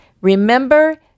remember